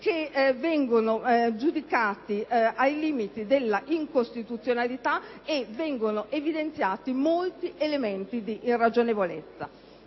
che vengono giudicati ai limiti della incostituzionalità e vengono evidenziati inoltre molti elementi di irragionevolezza.